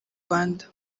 rwanda